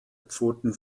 pfoten